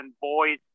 boys